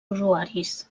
usuaris